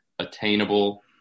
attainable